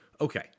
okay